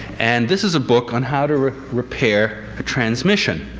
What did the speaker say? and this is a book on how to repair a transmission.